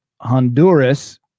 Honduras